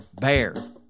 BEAR